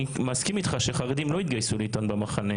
מסכים אתך שחרדים לא יתגייסו לעיתון "במחנה".